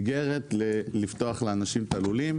איגרת לפתוח לאנשים את הלולים,